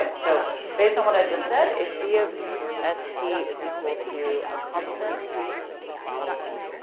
so based on what i just said if b of s t is equal to a constant, this is like a constant,